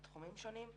בתחומים שונים,